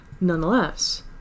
nonetheless